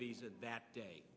visa that day